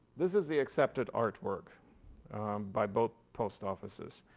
this is the accepted artwork by both post offices.